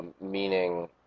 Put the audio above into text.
meaning